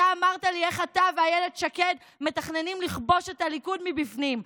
אתה אמרת לי איך אתה ואילת שקד מתכננים לכבוש את הליכוד מבפנים,